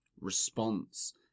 response